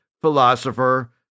philosopher